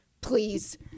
Please